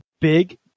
Big